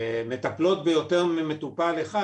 מטפלות ביותר ממטופל אחד,